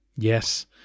Yes